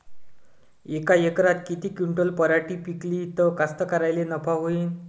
यका एकरात किती क्विंटल पराटी पिकली त कास्तकाराइले नफा होईन?